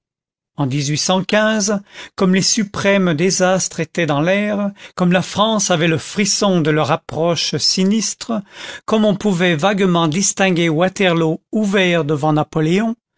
en comme les suprêmes désastres étaient dans l'air comme la france avait le frisson de leur approche sinistre comme on pouvait vaguement distinguer waterloo ouvert devant napoléon